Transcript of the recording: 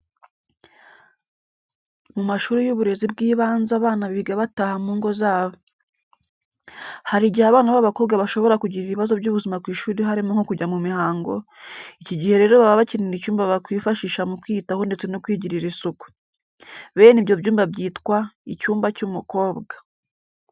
Mu mashuri y'uburezi bw'ibanze abana biga bataha mu ngo zabo. Hari igihe abana b'abakobwa bashobora kugirira ibibazo by'ubuzima ku ishuri harimo nko kujya mu mihango, iki gihe rero baba bakeneye icyumba bakwifashisha mu kwiyitaho ndetse no kwigirira isuku. Bene ibyo byumba byitwa: "Icyumba cy'umukobwa."